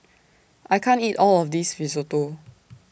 I can't eat All of This Risotto